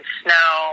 snow